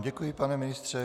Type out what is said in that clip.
Děkuji vám, pane ministře.